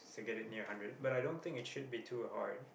to get it near hundred but i don't think it should be too hard